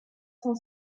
cent